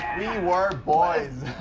were boys.